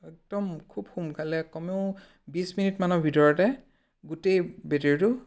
একদম খুব সোনকালে কমেও বিছ মিনিটমানৰ ভিতৰতে গোটেই বেটেৰিটো